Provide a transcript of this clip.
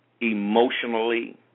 emotionally